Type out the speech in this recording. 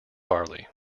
barley